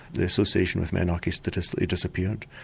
the association with menarche statistically disappeared,